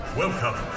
welcome